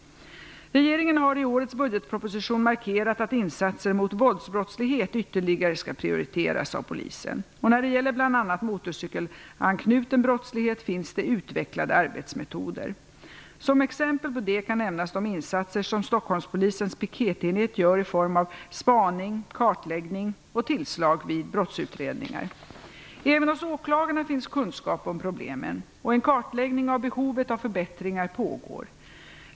Regeringen har i årets budgetproposition markerat att insatser mot våldsbrottslighet ytterligare skall prioriteras av polisen, och när det gäller bl.a. motorcykelanknuten brottslighet finns det utvecklade arbetsmetoder. Som exempel på detta kan nämnas de insatser som Stockholmspolisens piketenhet gör i form av spaning, kartläggning och tillslag vid brottsutredningar. Även hos åklagarna finns kunskap om problemen, och en kartläggning av behovet av förbättringar pågår.